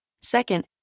Second